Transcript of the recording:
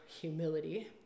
humility